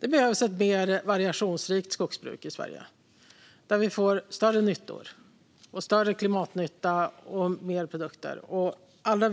Det behövs ett mer variationsrikt skogsbruk i Sverige där vi får större nyttor, större klimatnytta och mer produkter. Allra